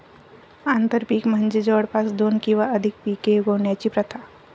आंतरपीक म्हणजे जवळपास दोन किंवा अधिक पिके उगवण्याची प्रथा